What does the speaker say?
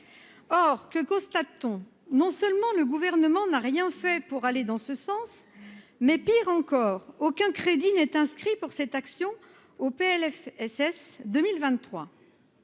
or, que constate-t-on non seulement le gouvernement n'a rien fait pour aller dans ce sens mais, pire encore, aucun crédit n'est inscrit pour cette action au PLFSS 2023.